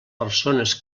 persones